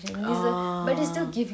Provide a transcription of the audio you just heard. ah